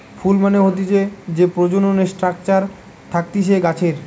ফুল মানে হতিছে যে প্রজনন স্ট্রাকচার থাকতিছে গাছের